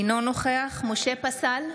אינו נוכח משה פסל,